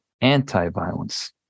anti-violence